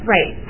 Right